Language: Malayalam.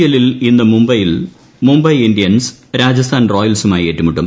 എല്ലിൽ ഇന്ന് മുബൈയിൽ മുബൈ ഇൻഡ്യൻസ് രാജസ്ഥാൻ റോയൽസുമായി ഏറ്റുമുട്ടും